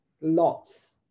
lots